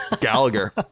Gallagher